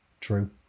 True